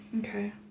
Okay